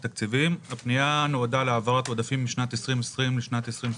הפנייה נועדה להעברת עודפים משנת 2020 לשנת 2021